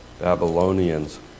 Babylonians